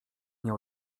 nie